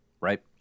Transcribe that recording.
right